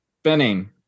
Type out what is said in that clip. Spinning